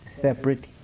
separate